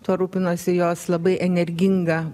tuo rūpinosi jos labai energinga